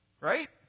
Right